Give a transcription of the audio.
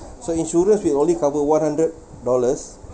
so insurers will only cover one hundred dollars